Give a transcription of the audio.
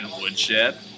woodshed